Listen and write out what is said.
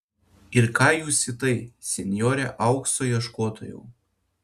ir ką jūs į tai senjore aukso ieškotojau